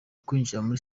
kwinjirira